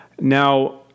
Now